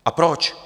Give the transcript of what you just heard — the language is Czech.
A proč?